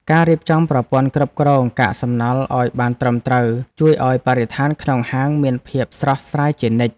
ការរៀបចំប្រព័ន្ធគ្រប់គ្រងកាកសំណល់ឱ្យបានត្រឹមត្រូវជួយឱ្យបរិស្ថានក្នុងហាងមានភាពស្រស់ស្រាយជានិច្ច។